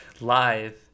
live